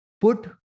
put